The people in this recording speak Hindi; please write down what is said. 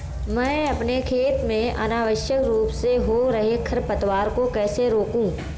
मैं अपने खेत में अनावश्यक रूप से हो रहे खरपतवार को कैसे रोकूं?